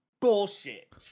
bullshit